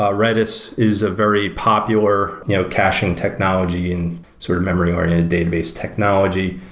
ah redis is a very popular you know caching technology and sort of memory oriented database technology,